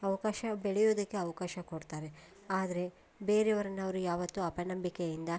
ಅವಕಾಶ ಬೆಳೆಯುವುದಕ್ಕೆ ಅವಕಾಶ ಕೊಡ್ತಾರೆ ಆದರೆ ಬೇರೆಯವರನ್ನ ಅವರು ಯಾವತ್ತೂ ಅಪನಂಬಿಕೆಯಿಂದ